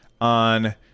on